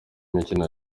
mikino